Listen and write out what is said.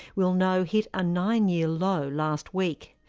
will know hit a nine year low last week.